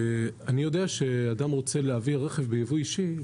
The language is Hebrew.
אני יודע שכשאדם רוצה להביא רכב בייבוא אישי,